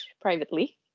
privately